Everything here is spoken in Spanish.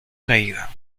caída